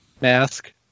Mask